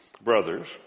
brothers